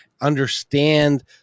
understand